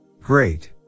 Great